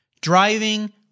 driving